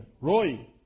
Roy